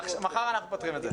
מחר אנחנו פותרים את זה.